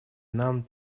нам